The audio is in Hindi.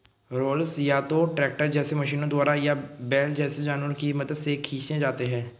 रोलर्स या तो ट्रैक्टर जैसे मशीनों द्वारा या बैल जैसे जानवरों की मदद से खींचे जाते हैं